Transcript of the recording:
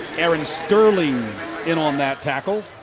aaron sterling in on that tackle.